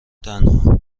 تنها